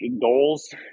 goals